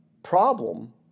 Problem